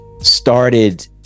started